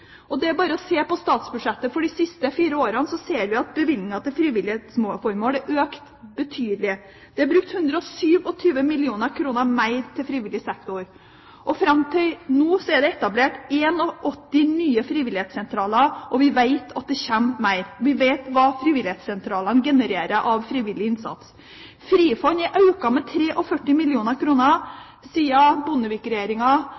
Det er bare å se på statsbudsjettene for de fire siste årene. Da ser vi at bevilgningene til frivillighetsformål er økt betydelig. Det er brukt 127 mill. kr mer til frivillig sektor. Fram til nå er det etablert 81 nye frivillighetssentraler, og vi vet at det kommer mer. Og vi vet hva frivillighetssentralene genererer av frivillig innsats. Frifond er økt med